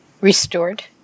restored